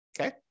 Okay